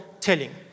telling